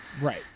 Right